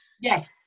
Yes